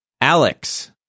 alex